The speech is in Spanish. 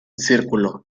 círculo